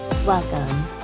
Welcome